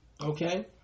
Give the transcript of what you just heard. Okay